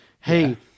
Hey